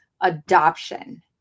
adoption